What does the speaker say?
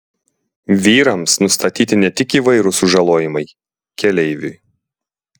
vyrams nustatyti ne tik įvairūs sužalojimai keleiviui